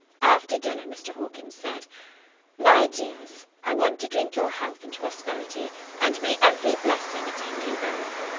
after dinner mr. hawkins said my dears, i want to drink your health and prosperity and may every blessing attend you both.